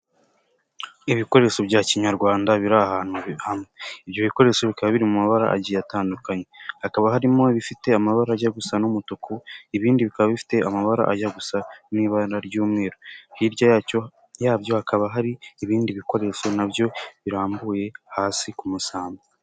Ibikoresho bya kinyarwanda biri ahantu ibyo bikoresho bikaba biri mu mabara agiye atandukanye hakaba harimo bifite amabara ajya gusa n'umutuku ibindi bikaba bifite amabara ajya gusa n'ibara ry'umweru hirya yacyo yabyo hakaba hari ibindi bikoresho nabyo birambuye hasi ku musambi.